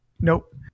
Nope